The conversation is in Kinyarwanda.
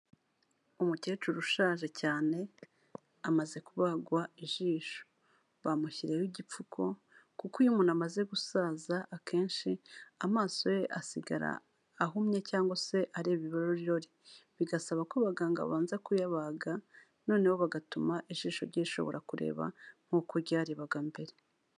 Umukecuru ushaje cyane amaze kubagwa ijisho bamushyiho igipfuko kuko iyo umuntu amaze gusaza akenshi amaso ye asigara ahumye cyangwa se areba ibarorirori bigasaba ko abaganga ba abanza kuyabaga noneho bagatuma ijisho rye rishobora kureba nkuko ryarebaga mbere.